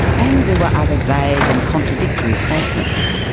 and there were other vague and contradictory statements.